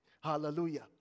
Hallelujah